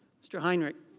mr. heinrich.